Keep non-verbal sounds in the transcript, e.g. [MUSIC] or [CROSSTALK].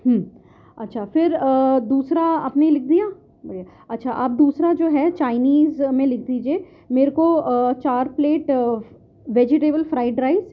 ہوں اچھا پھر دوسرا آپ نے لکھ دیا [UNINTELLIGIBLE] اچھا اب دوسرا جو ہے چائنیز میں لکھ دیجیے میرے کو چار پلیٹ ویجیٹیبل فرائڈ رائس